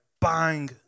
bang